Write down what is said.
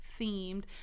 themed